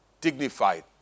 dignified